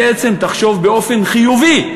בעצם תחשוב באופן חיובי,